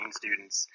students